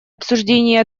обсуждения